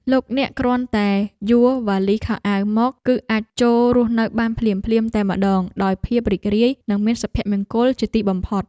លោកអ្នកគ្រាន់តែយួរវ៉ាលីសខោអាវមក គឺអាចចូលរស់នៅបានភ្លាមៗតែម្តងដោយភាពរីករាយនិងមានសុភមង្គលជាទីបំផុត។